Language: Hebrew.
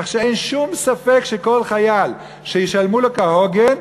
כך שאין שום ספק שכל חייל שישלמו לו כהוגן,